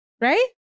right